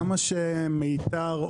למה שמיתר,